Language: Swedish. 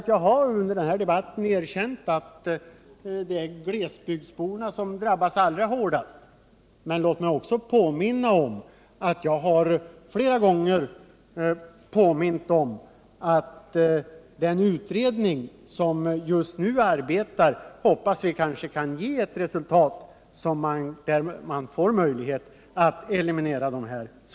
Jag har under denna debatt erkänt att glesbygdsborna drabbas hårdast, men låt mig också påminna om att jag flera gånger har påpekat att vi hoppas att den utredning som just nu arbetar kan ge ett sådant resultat att dessa negativa verkningar kan elimineras.